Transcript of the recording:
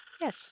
Yes